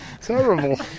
terrible